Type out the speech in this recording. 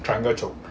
triangle choke